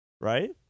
right